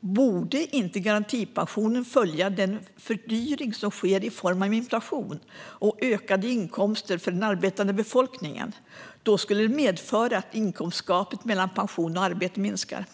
Borde inte garantipensionen följa den fördyring som sker i form av inflation och ökade inkomster för den arbetande befolkningen? Det skulle medföra att inkomstgapet mellan pension och arbete minskar.